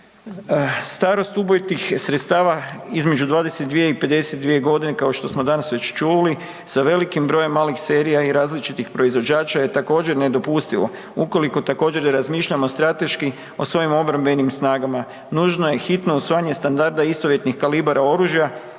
Starost ubojitih sredstava između 22.i 52.g. kao što smo danas već čuli sa sa velikim brojem malih serija i različitih proizvođača je također, nedopustivo, ukoliko također, razmišljamo strateški o svojim obrambenim snagama, nužno je hitno usvajanje standarda istovjetnih kalibara oružja